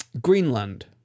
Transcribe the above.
Greenland